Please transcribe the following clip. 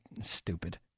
stupid